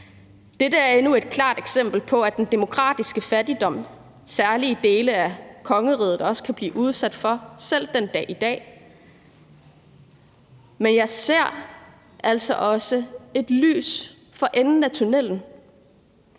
Dette er endnu et klart eksempel på den demokratiske fattigdom, særlige dele af kongeriget også kan blive udsat for selv den dag i dag. Men jeg ser altså også et lys for enden af tunnellen.